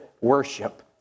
Worship